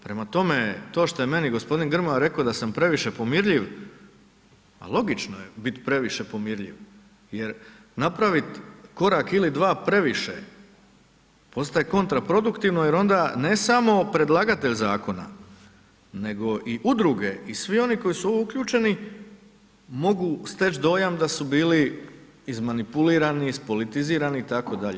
Prema tome, to šta je meni g. Grmoja rekao da sam previše pomirljiv, logično je bit previše pomirljiv jer napravit korak ili dva previše, postaje kontraproduktivno jer onda ne samo predlagatelj zakona nego i udruge i svi oni koji su uključeni, mogu steći dojam da su bili izmanipulirani, ispolitizirani itd.